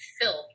filth